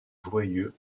joyeux